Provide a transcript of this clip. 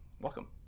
Welcome